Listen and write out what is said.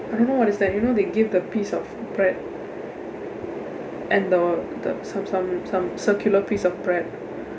I don't know what is that you know they give the piece of bread and the the some some some circular piece of bread